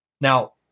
Now